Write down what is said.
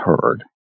heard